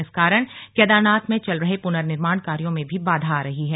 इस कारण केदारनाथ में चल रहे पुनर्निर्माण कार्यो में भी बाधा आ रही है